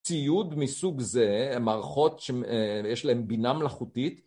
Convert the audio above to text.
ציוד מסוג זה, מערכות שיש להן בינה מלאכותית